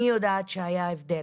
אני יודעת שהיה הבדל,